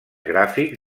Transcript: gràfics